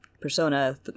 Persona